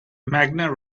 magna